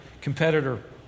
competitor